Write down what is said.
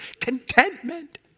Contentment